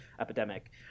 epidemic